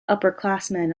upperclassmen